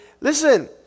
listen